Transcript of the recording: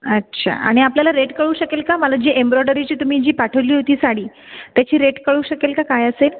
अच्छा आणि आपल्याला रेट कळू शकेल का मला जे एम्रॉडरीची तुम्ही जी पाठवली होती साडी त्याची रेट कळू शकेल का काय असेल